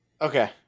Okay